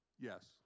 Yes